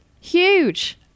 Huge